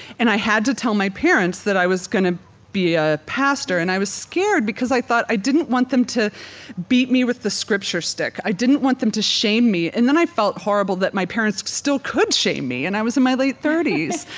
and i had to tell my parents that i was going to be a pastor. and i was scared because i thought i didn't want them to beat me with the scripture stick. i didn't want them to shame me and then i felt horrible that my parents still could shame me and i was in my late thirty s.